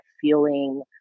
feeling